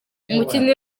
umukinnyi